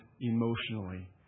emotionally